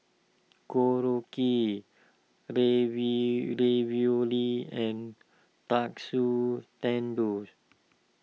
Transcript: Korokke Ravioli and Katsu Tendon